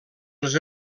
les